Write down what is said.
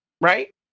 Right